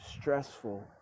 stressful